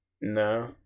No